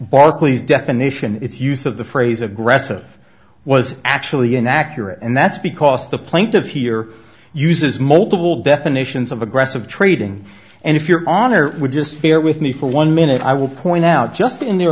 barclays definition its use of the phrase aggressive was actually an accurate and that's because the plaintiff here uses multiple definitions of aggressive trading and if your honor would just bear with me for one minute i will point out just in the